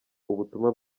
ubutumwa